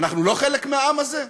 אנחנו לא חלק מהעם הזה?